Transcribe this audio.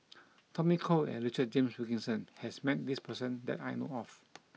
Tommy Koh and Richard James Wilkinson has met this person that I know of